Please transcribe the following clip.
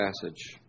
passage